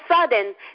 sudden